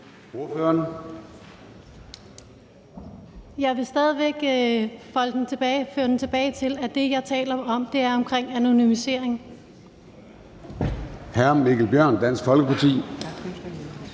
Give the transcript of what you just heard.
Jeg vil stadig væk føre det tilbage til, at det, jeg taler om, er omkring anonymisering.